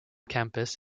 campus